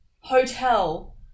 hotel